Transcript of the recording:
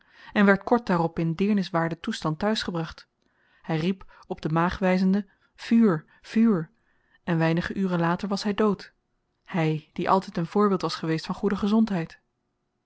en werd kort daarop in deerniswaarden toestand te-huis gebracht hy riep op de maag wyzende vuur vuur en weinige uren later was hy dood hy die altyd een voorbeeld was geweest van goede gezondheid